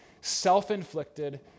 self-inflicted